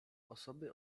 osoby